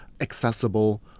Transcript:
accessible